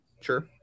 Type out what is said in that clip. Sure